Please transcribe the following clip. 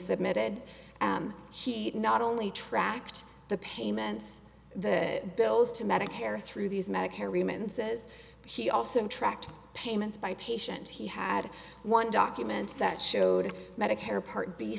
submitted she not only tracked the payments the bills to medicare through these medicare remittances she also tracked payments by patient he had one documents that showed medicare part b